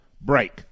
break